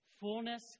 Fullness